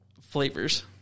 Flavors